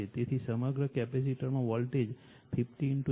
તેથી સમગ્ર કેપેસિટરમાં વોલ્ટેજ 50 0